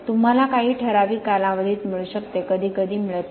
तुम्हाला काही ठराविक कालावधीत मिळू शकते कधी कधी मिळत नाही